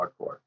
hardcore